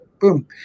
boom